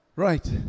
Right